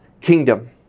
kingdom